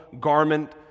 garment